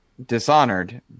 Dishonored